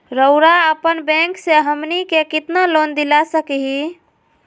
रउरा अपन बैंक से हमनी के कितना लोन दिला सकही?